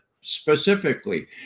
specifically